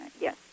Yes